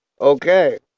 Okay